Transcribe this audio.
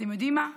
אתם יודעים מה?